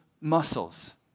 muscles